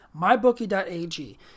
MyBookie.ag